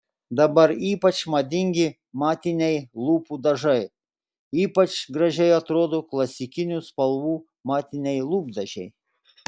dabar ypač madingi matiniai lūpų dažai ypač gražiai atrodo klasikinių spalvų matiniai lūpdažiai